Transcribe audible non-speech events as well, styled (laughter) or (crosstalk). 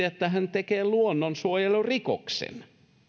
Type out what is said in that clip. (unintelligible) että hän tekee luonnonsuojelurikoksen